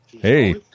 hey